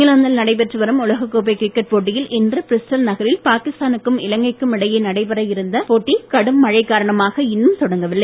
இங்கிலாந்தில் நடைபெற்று வரும் உலகக் கோப்பை கிரிக்கெட் போட்டியில் இன்று பிரிஸ்டல் நகரில் பாகிஸ்தானுக்கும் இலங்கைக்கும் இடையே நடைபெற இருந்த போட்டி கடும் மழை காரணமாக இன்னும் தொடங்கவில்லை